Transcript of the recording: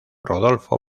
rodolfo